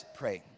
pray